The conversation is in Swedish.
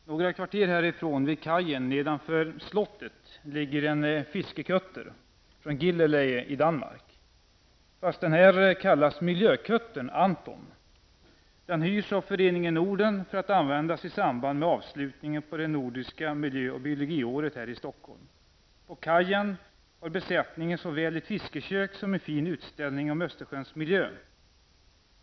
Herr talman! Några kvarter härifrån, vid kajen nedanför slottet, ligger en fiskekutter från Gilleleje i Danmark. Den här båten kallas miljökuttern Anton. Den hyrs av Föreningen Norden för att användas i samband med avslutningen på det nordiska miljö och biologiåret här i Stockholm. På kajen har besättningen såväl ett fiskekök som en fin utställning om Östersjöns miljö.